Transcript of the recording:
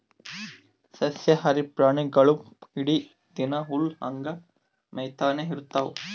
ಸಸ್ಯಾಹಾರಿ ಪ್ರಾಣಿಗೊಳ್ ಇಡೀ ದಿನಾ ಹುಲ್ಲ್ ಹಂಗೆ ಮೇಯ್ತಾನೆ ಇರ್ತವ್